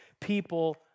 people